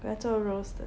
我做 rose 的